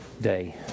day